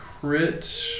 crit